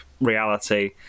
reality